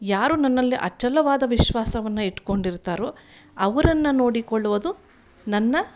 ಯಾರು ನನ್ನಲ್ಲಿ ಅಚಲವಾದ ವಿಶ್ವಾಸವನ್ನು ಇಟ್ಕೊಂಡಿರ್ತಾರೋ ಅವ್ರನ್ನು ನೋಡಿಕೊಳ್ಳುವುದು ನನ್ನ